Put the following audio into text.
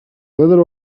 ladder